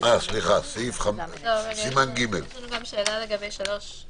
יש לנו גם שאלה לסעיף 3(ב).